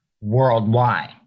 worldwide